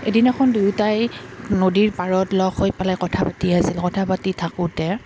এদিনাখন দুয়োটাই নদীৰ পাৰত লগ হৈ পেলাই কথা পাতি আছিল কথা পাতি থাকোঁতে